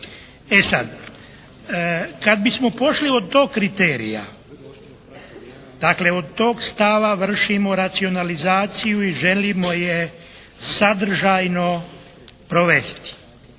E sad, kad bismo pošli od tog kriterija, dakle od tog stava vršimo racionalizaciju i želimo je sadržajno provesti